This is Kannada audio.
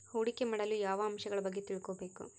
ಹೂಡಿಕೆ ಮಾಡಲು ಯಾವ ಅಂಶಗಳ ಬಗ್ಗೆ ತಿಳ್ಕೊಬೇಕು?